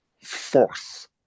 force